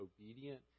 obedient